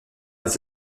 des